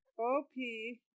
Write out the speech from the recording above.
O-P